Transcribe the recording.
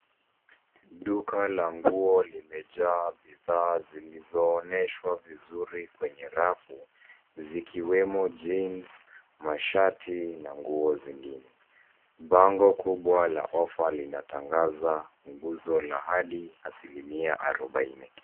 Duka la nguo limejaa bidhaa relationship vizuri kwenye rafu zikiwemo jeans , mashati na nguo zingine. Bango kubwa la offer linatangaza nguzo la hali asilimia arubaine.